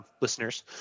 listeners